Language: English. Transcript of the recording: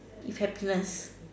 you cap less